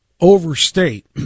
overstate